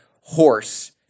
horse